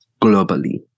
globally